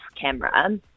camera